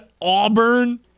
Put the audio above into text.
Auburn